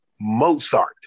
Mozart